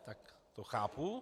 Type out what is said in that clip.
Tak to chápu.